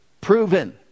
proven